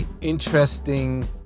interesting